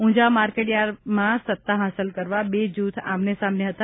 ઉંઝા માર્કેટયાર્ડમાં સત્તા હાંસલ કરવા બે જૂથ આમને સામને હતા